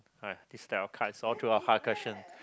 hai this type of cards all throw out hard question